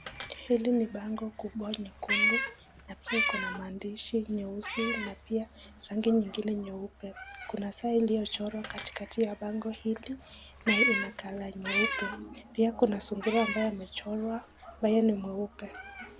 Hili ni bango kubwa nyekundu na pia liko na maandishi yeusi na pia rangi nyingine nyeupe. Kuna saa iliyochorwa katikati ya bango hili na ina colour nyeupe. Pia kuna sungura ambaye amechorwa ambaye ni mweupe.